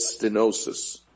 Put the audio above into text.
stenosis